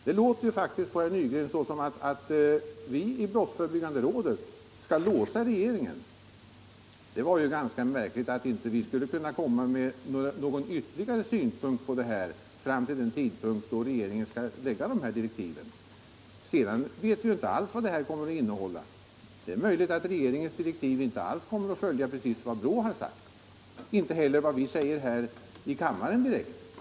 Det låter alltså på herr Nygren som om vi i brottsförebyggande rådet skulle vilja låsa regeringen, men det vore ju ganska märkligt om inte vi skulle kunna komma med någon ytterligare synpunkt fram till den tidpunkt då regeringen skall framlägga direktiven. Sedan vet vi ju inte alls vad direktiven kommer att innehålla. Det är möjligt att regeringens direktiv inte alls kommer att ansluta sig till vad BRÅ har uttalat och inte heller till vad vi säger här i kammaren.